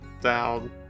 down